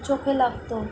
চোখে লাগতো